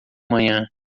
manhã